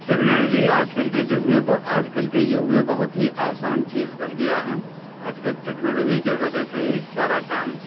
technology آج کل کے جگ میں آج کل کے یگ میں بہت ہی آسان چیز بن گیا ہے آج کل ٹیکنالوجی کے وجہ سے ہی سارا کام